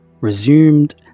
resumed